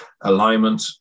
alignment